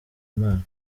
imana